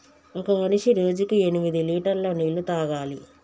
ఒక మనిషి రోజుకి ఎనిమిది లీటర్ల నీళ్లు తాగాలి